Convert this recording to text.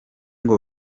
ngo